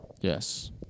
Yes